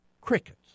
crickets